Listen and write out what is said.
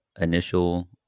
initial